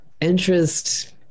interest